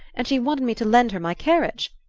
and she wanted me to lend her my carriage.